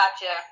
Gotcha